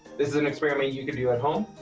this is an experiment you can do at home.